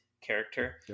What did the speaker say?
character